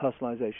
personalization